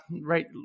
right